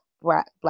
black